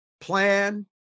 Plan